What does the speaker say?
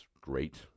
great